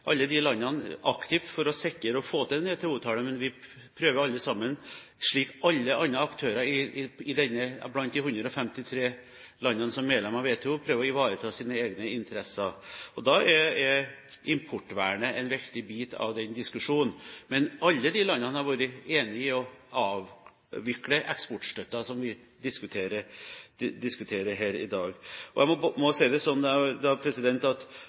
alle disse landene deltar aktivt for å sikre å få til en WTO-avtale. Men vi prøver alle – alle aktører blant de 153 landene som er medlem av WTO – å ivareta egne interesser, og da er importvernet en viktig bit av den diskusjonen. Men alle de landene har vært enig i å avvikle eksportstøtten, som vi diskuterer her i dag. Jeg må si det sånn at